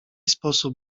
sposób